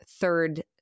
third